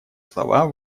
слова